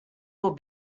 will